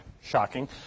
Shocking